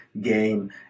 game